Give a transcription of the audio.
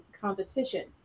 competition